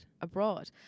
abroad